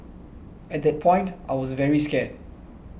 at that point I was very scared